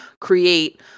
create